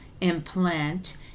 implant